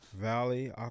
Valley